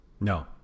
No